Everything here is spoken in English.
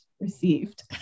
received